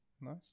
Nice